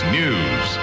news